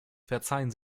verzeihen